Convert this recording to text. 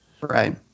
Right